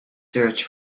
search